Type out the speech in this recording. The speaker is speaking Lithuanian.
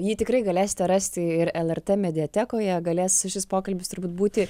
jį tikrai galėsite rasti ir lrt mediatekoje galės šis pokalbis turbūt būti